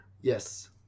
Yes